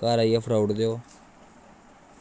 घर आइयै फड़ाई ओड़दे ओह्